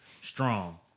strong